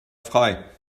frei